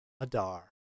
Adar